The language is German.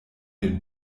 den